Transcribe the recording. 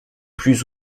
plus